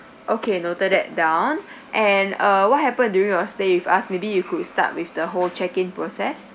okay noted that down and err what happened during your stay if I ask maybe you could start with the whole check in process